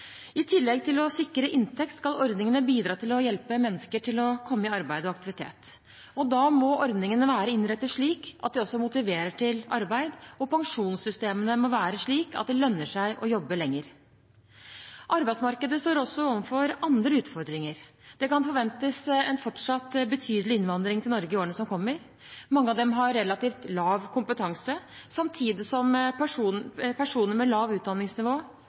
I tillegg til å sikre inntekt skal ordningene bidra til å hjelpe mennesker til å komme i arbeid og aktivitet. Da må ordningene være innrettet slik at de også motiverer til arbeid, og pensjonssystemene må være slik at det lønner seg å jobbe lenger. Arbeidsmarkedet står også overfor andre utfordringer. Det kan forventes en fortsatt betydelig innvandring til Norge i årene som kommer. Mange av dem har relativt lav kompetanse, samtidig som personer med lavt utdanningsnivå